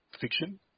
fiction